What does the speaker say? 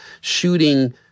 shooting